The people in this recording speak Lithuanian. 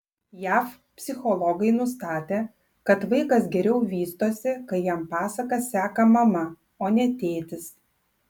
jav psichologai nustatė kad vaikas geriau vystosi kai jam pasakas seka mama o ne tėtis